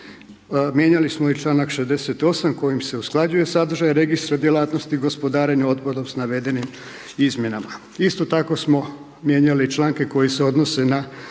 Mijenjali smo i članka 68. kojim se usklađuje sadržaj registra djelatnosti gospodarenja otpadom s navedenim izmjenama. Isto tako smo mijenjali članke koji se odnose na